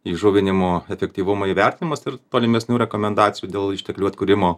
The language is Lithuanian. įžuvinimo efektyvumo įvertinimas ir tolimesnių rekomendacijų dėl išteklių atkūrimo